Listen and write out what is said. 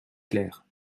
clair